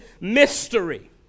mystery